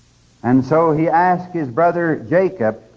and so he asked his brother, jacob,